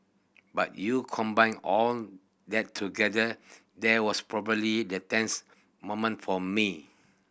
but you combine all that together there was probably the tense moment for me